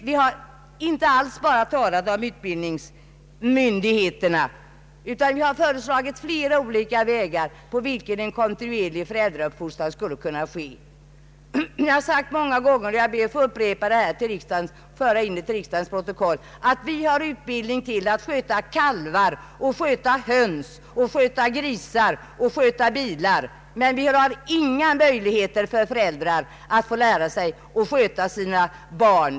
Vi har inte alls bara talat om utbildningsmyndigheterna, utan vi har föreslagit flera olika vägar för en kontinuerlig föräldrauppfostran. Jag har många gånger tidigare sagt och jag ber nu att få anföra till riksdagens protokoll, att vi har utbildning i att sköta kalvar, höns och grisar och i att sköta bilar, men det finns inga möjligheter för föräldrar att få lära sig att sköta sina barn.